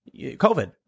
COVID